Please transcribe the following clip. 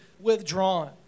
withdrawn